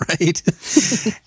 right